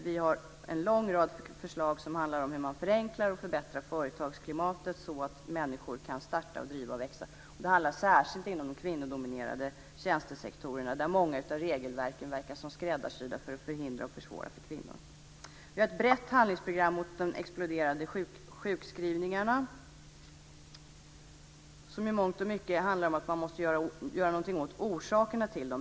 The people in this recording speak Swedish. Vi har en lång rad förslag som handlar om hur man förenklar och förbättrar företagsklimatet så att människor kan starta och driva företag. Det gäller särskilt den kvinnodominerade tjänstesektorn, där många av regelverken verkar vara skräddarsydda för att förhindra och försvåra för kvinnor. Vi har ett brett handlingsprogram mot de exploderande sjukskrivningarna, som i mångt och mycket handlar om att man måste göra någonting åt orsakerna till dem.